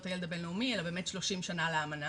הילד הבינלאומי אלא באמת 30 שנה לאמנה